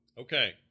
Okay